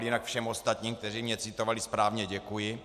Jinak všem ostatním, kteří mě citovali správně, děkuji.